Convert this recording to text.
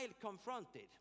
confronted